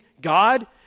God